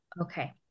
Okay